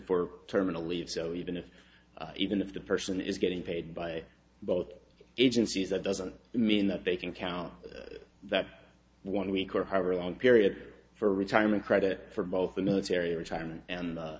for terminal leave so even if even if the person is getting paid by both agencies that doesn't mean that they can count that one week or however long period for retirement credit for both the military retirement and